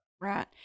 Right